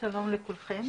שלום לכולכם,